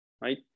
right